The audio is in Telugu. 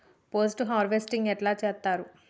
పోస్ట్ హార్వెస్టింగ్ ఎట్ల చేత్తరు?